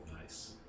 Nice